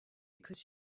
because